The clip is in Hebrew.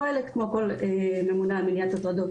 פועלת כמו כל ממונה על מניעת הטרדות